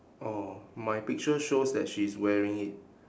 oh my picture shows that she's wearing it